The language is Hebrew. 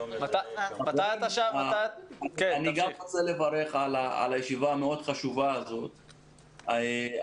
גם אני רוצה לברך על הישיבה המאוד חשובה אבל העניין